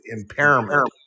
impairment